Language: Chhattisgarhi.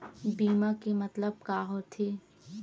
बीमा के मतलब का होथे?